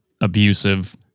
abusive